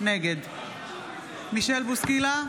נגד מישל בוסקילה,